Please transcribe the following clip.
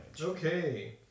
Okay